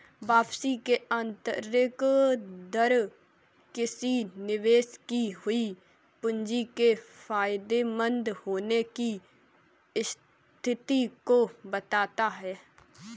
वापसी की आंतरिक दर किसी निवेश की हुई पूंजी के फायदेमंद होने की स्थिति को बताता है